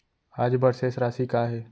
आज बर शेष राशि का हे?